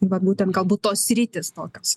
būtent galbūt tos sritys tokios